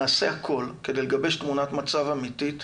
נעשה הכול כדי לגבש תמונת מצב אמיתית